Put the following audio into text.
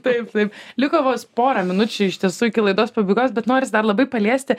taip taip liko vos porą minučių iš tiesų iki laidos pabaigos bet noris dar labai paliesti